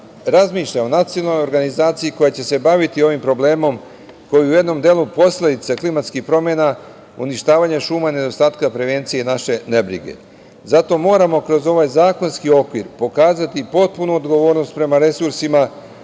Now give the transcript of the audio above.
razmišlja o nacionalnoj organizaciji koja će se baviti ovim problemom koji u jednom delu je posledica klimatskih promena, uništavanja šuma, nedostatka prevencije naše nebrige. Zato moramo kroz ovaj zakonski okvir pokazati potpunu odgovornost prema resursima